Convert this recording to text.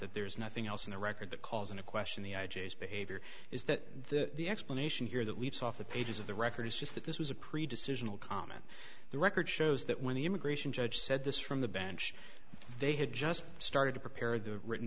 that there's nothing else in the record that calls into question the i j s behavior is that the explanation here that leaps off the pages of the record is just that this was a pre decisional comment the record shows that when the immigration judge said this from the bench they had just started to prepare the written